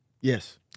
Yes